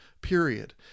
period